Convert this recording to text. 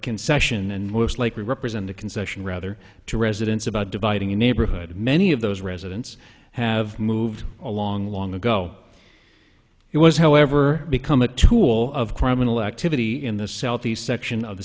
concession and most likely represent a concession rather to residents about dividing a neighborhood many of those residents have moved along long ago it was however become a tool of criminal activity in the southeast section of the